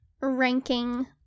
ranking